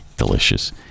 delicious